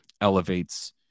elevates